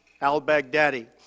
al-Baghdadi